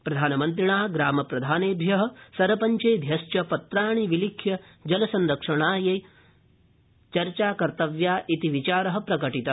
प्रधानमन्त्रिणा ग्रामप्रधानेभ्य सरपञ्चेभ्यश्च पत्राणि विलिख्य जलसंरक्षणाय चर्चा कर्तव्या इति विचार प्रकटित